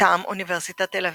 מטעם אוניברסיטת תל אביב.